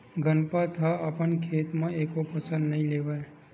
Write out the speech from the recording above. गनपत ह अपन खेत म एके फसल नइ लेवय